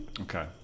Okay